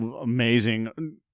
Amazing